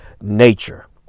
nature